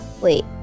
Wait